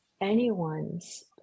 anyone's